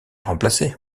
remplacé